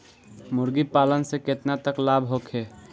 मुर्गी पालन से केतना तक लाभ होखे?